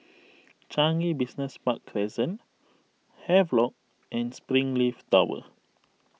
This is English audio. Changi Business Park Crescent Havelock and Springleaf Tower